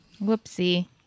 whoopsie